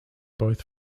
both